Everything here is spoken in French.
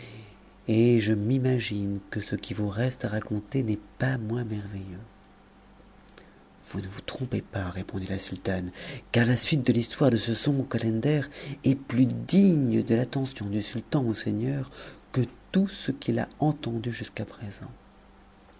et je m'imagine que ce qui vous reste à raconter n'est pas moins merveilleux vous ne vous trompez pas répondit la sultane car la suite de l'histoire de ce second calender est plus digne de l'attention du sultan mon seigneur que tout ce qu'il a entendu jusqu'à présent